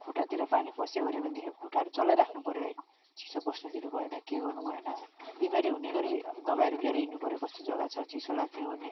खुट्टातिर पानी पस्यो ओर्यो भनेदेखि खुट्टाहरू चलाइराख्नुपर्यो है चिसो पस्नु दिनु भएन के गर्नु भएन बिमारी हुने गरी अब दबाईहरू लिएर हिँड्नु पर्यो कस्तो जग्गा छ चिसो लाग्ने ओर्ने